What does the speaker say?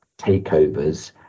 takeovers